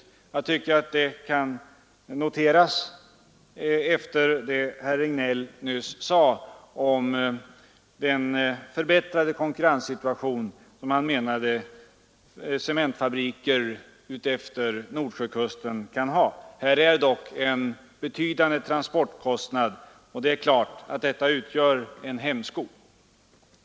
Jag tycker att det kan noteras efter vad herr Regnéll nyss sade om den förbättrade konkurrenssituation som han menade att cementfabriker utefter Nordsjökusten kan ha. Här är det dock en betydande transportkostnad, och det är klart att detta utgör en hämsko.